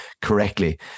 correctly